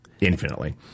Infinitely